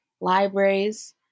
libraries